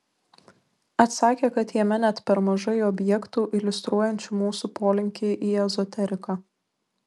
atsakė kad jame net per mažai objektų iliustruojančių mūsų polinkį į ezoteriką